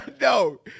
No